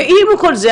ועם כל זה,